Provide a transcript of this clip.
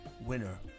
winner